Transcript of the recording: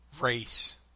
race